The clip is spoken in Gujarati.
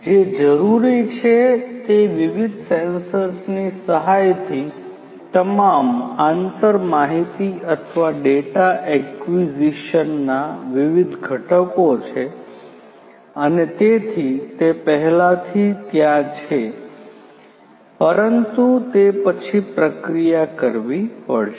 જે જરૂરી છે તે વિવિધ સેન્સર્સની સહાયથી તમામ આંતર માહિતી અથવા ડેટા એક્વિઝિશનના વિવિધ ઘટકો છે અને તેથી તે પહેલાથી ત્યાં છે પરંતુ તે પછી પ્રક્રિયા કરવી પડશે